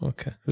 Okay